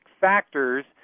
factors